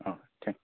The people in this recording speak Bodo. अ थें